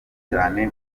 cyane